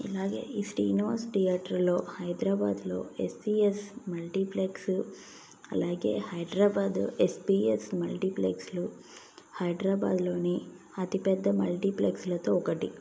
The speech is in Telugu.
ఇలాగే ఈ శ్రీనివాస్ థియేటర్లో హైద్రాబాదులో ఎస్సీఎస్ మల్టీప్లెక్సు అలాగే హైద్రాబాదు ఎస్పీఎస్ మల్టీప్లెక్స్లు హైద్రాబాదులోని అతిపెద్ద మల్టీప్లెక్స్లలో ఒకటి